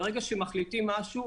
ברגע שמחליטים משהו,